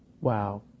Wow